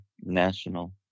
National